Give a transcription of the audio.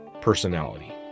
personality